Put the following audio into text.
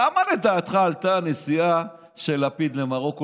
כמה לדעתך עלתה הנסיעה של לפיד למרוקו,